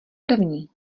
první